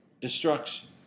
destruction